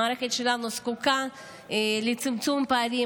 המערכת שלנו זקוקה לצמצום פערים,